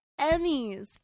Emmys